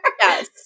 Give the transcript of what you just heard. Yes